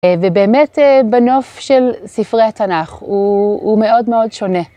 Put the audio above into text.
ובאמת בנוף של ספרי תנ״ך הוא מאוד מאוד שונה.